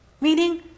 Meaning